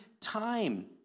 time